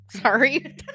sorry